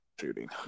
shooting